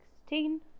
Sixteen